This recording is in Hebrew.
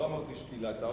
לא אמרתי שקיללת.